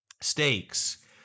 stakes